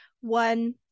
one